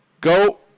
Go